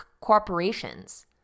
corporations